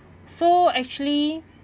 so actually